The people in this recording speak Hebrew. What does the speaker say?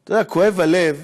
אתה יודע, כואב הלב